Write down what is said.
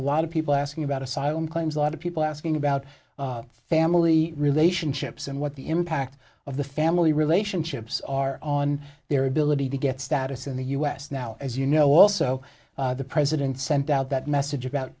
a lot of people asking about asylum claims a lot of people asking about family relationships and what the impact of the family relationships are on their ability to get status in the u s now as you know also the president sent out that message about